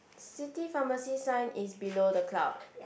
city pharmacy sign is below the cloud